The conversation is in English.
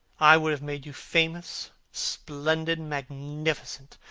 i would have made you famous, splendid, magnificent.